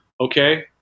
Okay